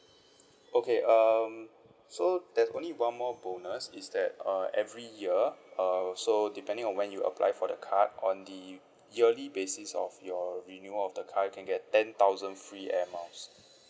okay um so there's only one more bonus is that uh every year uh so depending on when you apply for the card on the yearly basis of your renewal of the card you can get ten thousand free Air Miles